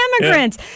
immigrants